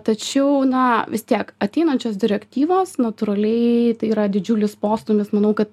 tačiau na vis tiek ateinančios direktyvos natūraliai tai yra didžiulis postūmis manau kad